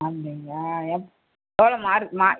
அப்படிங்களா எவ்வளோ மார்க்கும்மா